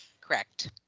correct